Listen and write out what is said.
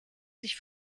sich